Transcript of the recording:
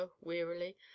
wearily